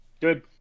Good